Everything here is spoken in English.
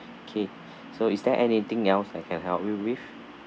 okay so is there anything else I can help you with